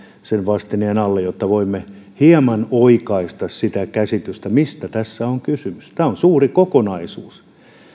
sen vastineen jotta voimme hieman oikaista sitä käsitystä mistä tässä on kysymys tämä on suuri kokonaisuus